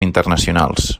internacionals